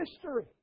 history